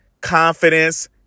confidence